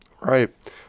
right